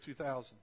2000